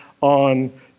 on